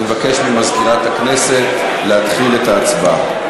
אני מבקש ממזכירת הכנסת להתחיל את ההצבעה.